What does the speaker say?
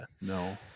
no